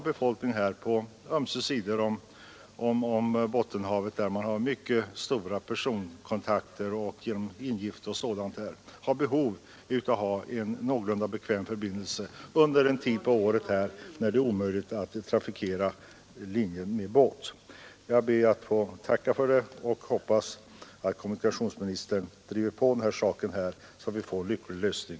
Befolkningen på ömse sidor om Bottenhavet, med mycket stora personkontakter, bl.a. till följd av ingifte, har behov av en någorlunda bekväm förbindelse under den tid på året när det är omöjligt att trafikera linjen med båt. Jag ber att få tacka för svaret och hoppas att kommunikationsministern driver på i den här frågan så att den får en lycklig lösning.